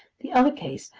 the other case,